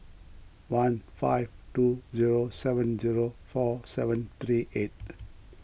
one five two zero seven zero four seven three eight